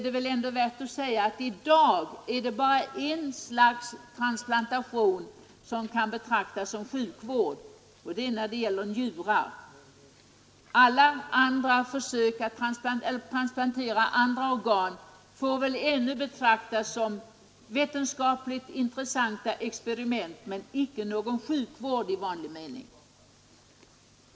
Det är ändå värt att påpeka att i dag är det bara ett slags transplantationer som kan betraktas som sjukvård, nämligen njurtransplantationer. Alla försök att transplantera andra organ får ännu betraktas som vetenskapligt intressanta experiment men inte som sjukvård i vanlig mening.